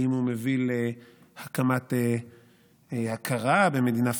האם הוא מביא להקמה והכרה במדינה פלסטינית?